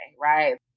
right